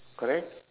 correct